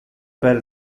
per